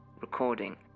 recording